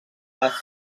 les